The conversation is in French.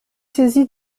saisie